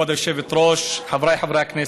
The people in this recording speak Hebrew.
כבוד היושבת-ראש, חבריי חברי הכנסת,